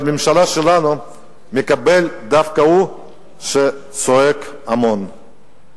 בממשלה שלנו מקבל דווקא זה שצועק המון,